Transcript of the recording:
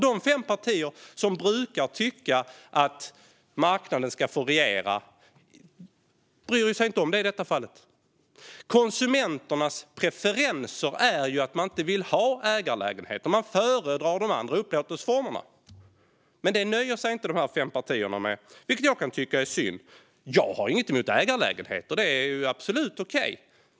De fem partier som brukar tycka att marknaden ska få regera bryr sig inte om det i detta fall. Konsumenternas preferenser är inte ägarlägenheter, utan de föredrar de andra upplåtelseformerna. Det nöjer sig dock inte dessa fem partier med, vilket jag kan tycka är synd. Jag har inget emot ägarlägenheter; det är absolut okej.